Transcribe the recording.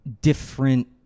different